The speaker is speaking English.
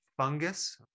fungus